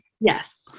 Yes